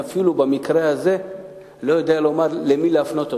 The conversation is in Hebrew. במקרה הזה אני אפילו לא יודע לומר למי להפנות אותה.